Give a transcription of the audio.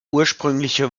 ursprüngliche